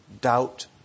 doubt